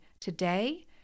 today